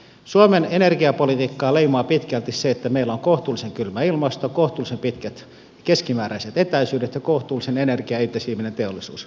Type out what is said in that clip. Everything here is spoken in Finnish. suomen energiapolitiikkaa leimaa pitkälti se että meillä on kohtuullisen kylmä ilmasto kohtuullisen pitkät keskimääräiset etäisyydet ja kohtuullisen energiaintensiivinen teollisuus